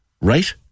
right